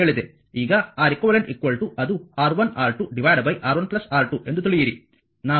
ಈಗ R eq ಅದು R1 R2 R1 R2 ಎಂದು ತಿಳಿಯಿರಿ